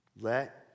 let